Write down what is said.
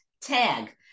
TAG